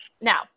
now